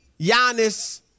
Giannis